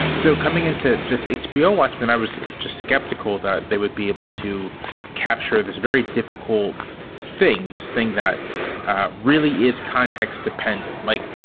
so coming into this hbo watchmen, i was just skeptical that they would be able to capture this very difficult thing, this thing that really is context dependent. mike,